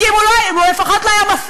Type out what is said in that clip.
כי אם הוא לפחות לא היה מפלה,